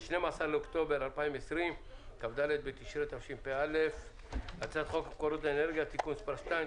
על סדר-היום: הצעת חוק מקורות אנרגיה (תיקון מס' 2),